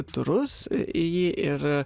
turus į jį ir